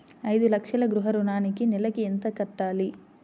ఐదు లక్షల గృహ ఋణానికి నెలకి ఎంత కట్టాలి?